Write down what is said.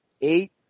eight